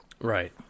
Right